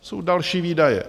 To jsou další výdaje.